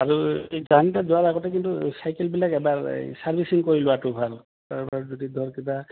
আৰু জানকৈ যোৱাৰ আগতে কিন্তু চাইকেলবিলাক এবাৰ এই চাৰ্ভিচিং কৰি লোৱাটো ভাল কাৰবাৰ যদি ধৰ কিবা